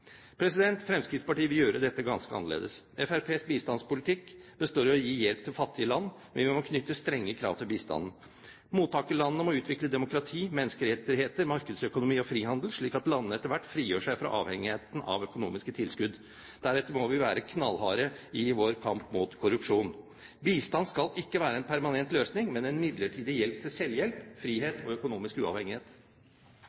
Fremskrittspartiet vil gjøre dette ganske annerledes. Fremskrittspartiets bistandspolitikk består av å gi hjelp til fattige land, men vi må knytte strenge krav til bistanden. Mottakerlandene må utvikle demokrati, menneskerettigheter, markedsøkonomi og frihandel, slik at landene etter hvert frigjør seg fra avhengigheten av økonomiske tilskudd. Deretter må vi være knallharde i vår kamp mot korrupsjon. Bistand skal ikke være en permanent løsning, men en midlertidig hjelp til selvhjelp,